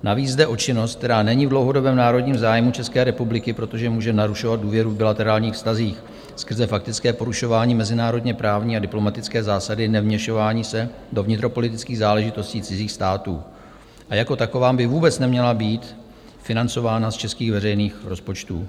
Navíc jde o činnost, která není v dlouhodobém národním zájmu České republiky, protože může narušovat důvěru v bilaterálních vztazích skrze faktické porušování mezinárodněprávní a diplomatické zásady nevměšování se do vnitropolitických záležitostí cizích států, a jako taková by vůbec neměla být financována z českých veřejných rozpočtů.